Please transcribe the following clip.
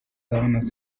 sabanas